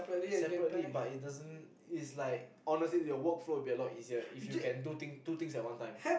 separately but it doesn't it's like honestly your workflow will be a lot easier if you can two thing two things at one time